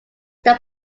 their